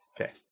Okay